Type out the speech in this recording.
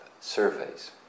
surveys